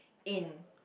in